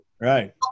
Right